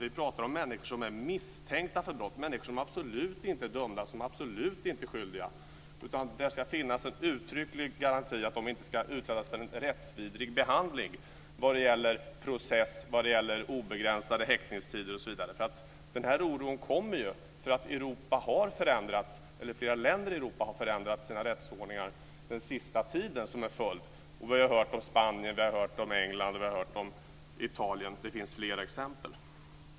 Vi pratar om människor som är misstänkta för brott - människor som absolut inte är dömda som skyldiga. Det ska finnas en uttrycklig garanti för att de inte ska utsättas för en rättsvidrig behandling vad gäller process, obegränsade häktningstider osv. Denna oro kommer som en följd av att flera länder i Europa har förändrat sina rättsordningar under den sista tiden. Vi har hört om Spanien, England och Italien, och det finns fler exempel.